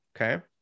okay